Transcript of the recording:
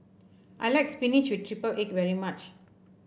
I like spinach with triple egg very much